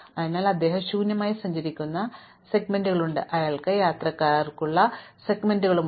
അതിനാൽ അദ്ദേഹം ശൂന്യമായി സഞ്ചരിക്കുന്ന സെഗ്മെന്റുകളുണ്ട് അയാൾക്ക് യാത്രക്കാരുള്ള സെഗ്മെന്റുകളുണ്ട്